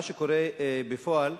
מה שקורה בפועל,